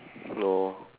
oh